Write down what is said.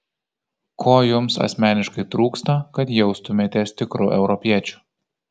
ko jums asmeniškai trūksta kad jaustumėtės tikru europiečiu